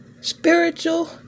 spiritual